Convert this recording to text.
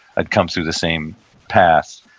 i'd come through the same path.